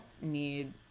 need